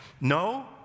No